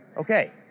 Okay